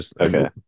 Okay